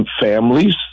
families